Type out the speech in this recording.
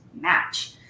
match